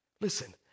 Listen